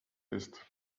ist